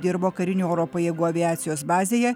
dirbo karinių oro pajėgų aviacijos bazėje